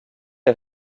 est